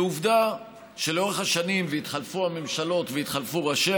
ועובדה שלאורך השנים התחלפו הממשלות והתחלפו ראשי